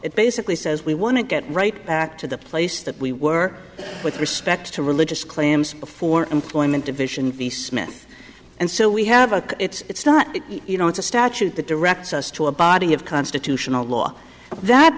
it basically says we want to get right back to the place that we were with respect to religious claims before employment division the smith and so we have a it's not you know it's a statute that directs us to a body of constitutional law that